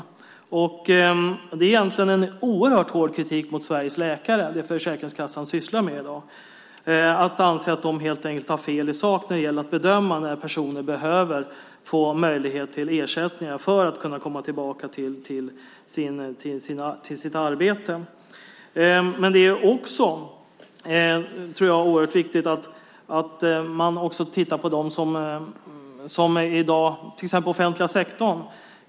Det Försäkringskassan i dag sysslar med är egentligen en oerhört hård kritik mot Sveriges läkare, när de anser att läkarna har fel i sak när det gäller att bedöma om en person behöver få möjlighet till ersättning för att kunna komma tillbaka till sitt arbete. Det är också oerhört viktigt att titta på den offentliga sektorn.